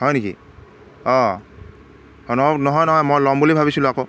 হয় নেকি অঁ নহয় নহয় মই ল'ম বুলি ভাবিছিলোঁ আকৌ